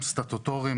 סטטוטוריים,